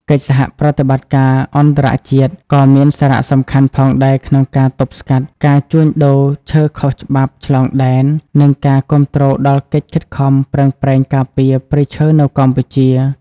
កិច្ចសហប្រតិបត្តិការអន្តរជាតិ ក៏មានសារៈសំខាន់ផងដែរក្នុងការទប់ស្កាត់ការជួញដូរឈើខុសច្បាប់ឆ្លងដែន និងការគាំទ្រដល់កិច្ចខិតខំប្រឹងប្រែងការពារព្រៃឈើនៅកម្ពុជា។